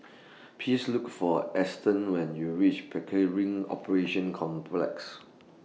Please Look For Easton when YOU REACH Pickering Operations Complex